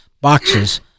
boxes